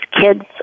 kids